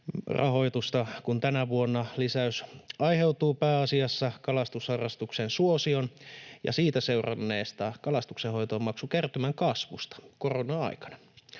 kuin tänä vuonna. Lisäys aiheutuu pääasiassa kalastusharrastuksen suosion ja siitä seuranneesta kalastuksenhoitomaksukertymän kasvusta korona-aikana.